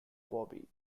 bobby